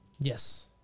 Yes